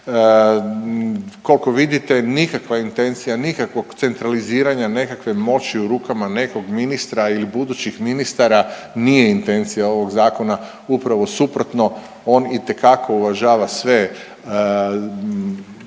Koliko vidite, nikakva intencija, nikakvog centraliziranja, nekakve moći u rukama nekog ministra ili budućih ministara nije intencija ovog Zakona, upravo suprotno, on itekako uvažava sve